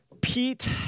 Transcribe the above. Pete